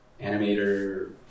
animator